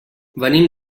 venim